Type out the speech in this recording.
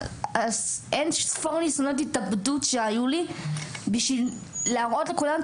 אינספור ניסיונות התאבדות שהיו לי כדי להראות לכולם,